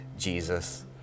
Jesus